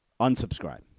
Unsubscribe